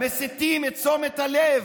מזה מסיטים את תשומת הלב.